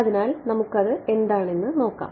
അതിനാൽ നമുക്കത് എന്താണെന്ന് നോക്കാം